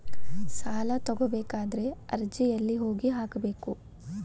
ಸಾಲ ತಗೋಬೇಕಾದ್ರೆ ಅರ್ಜಿ ಎಲ್ಲಿ ಹೋಗಿ ಹಾಕಬೇಕು?